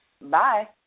Bye